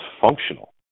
functional